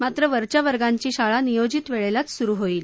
मात्र वरच्या वर्गांची शाळा नियोजित वळ्खीच सुरू होईल